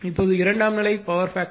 இப்போது இரண்டாம் நிலை பவர் பேக்டர் 0